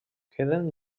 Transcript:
queden